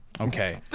Okay